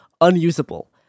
unusable